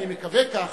אני מקווה כך,